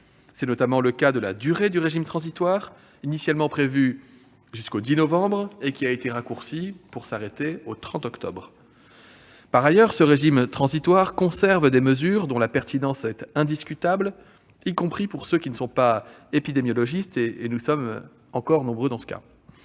modifications. La durée du régime transitoire, initialement prévu jusqu'au 10 novembre, a été raccourcie au 30 octobre. Par ailleurs, ce régime transitoire conserve des mesures dont la pertinence est indiscutable, y compris pour ceux qui ne sont pas épidémiologistes- nous sommes encore nombreux dans ce cas